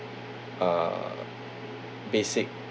uh basic